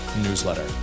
newsletter